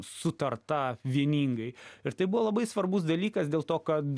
sutarta vieningai ir tai buvo labai svarbus dalykas dėl to kad